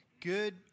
Good